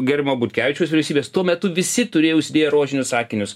gerbiamo butkevičiaus vyriausybės tuo metu visi turėjo užsidėję rožinius akinius